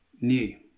new